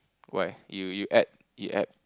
why you you add you add